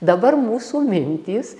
dabar mūsų mintys